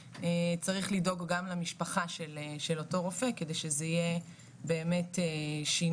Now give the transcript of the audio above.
צריך לדאוג גם למשפחה של אותו רופא כדי שזה יהיה באמת שינוי